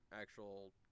actual